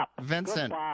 Vincent